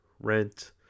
rent